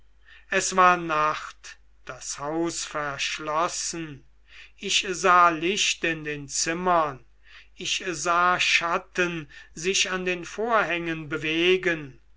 es war nacht das haus verschlossen ich sah licht in den zimmern ich sah schatten sich an den vorhängen bewegen